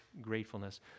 gratefulness